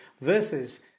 versus